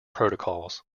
protocols